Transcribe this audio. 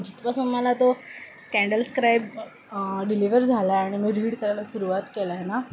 जिथपासून मला तो Kindle Scribe deliver झाला आहे आणि मी रीड करायला सुरवात केला आहे ना